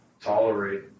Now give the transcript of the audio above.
tolerate